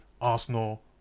Arsenal